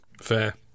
fair